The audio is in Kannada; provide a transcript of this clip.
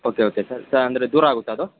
ಓಕೆ ಓಕೆ ಸರ್ ಸರ್ ಅಂದರೆ ದೂರ ಆಗುತ್ತಾ ಅದು